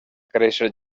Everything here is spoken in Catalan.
créixer